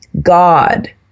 God